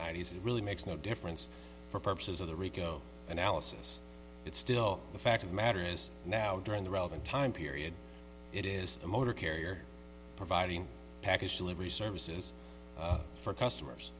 ninety's it really makes no difference for purposes of the rico analysis it's still the fact of the matter is now during the relevant time period it is a motor carrier providing package delivery services for customers